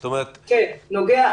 כן, נוגע.